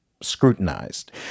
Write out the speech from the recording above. scrutinized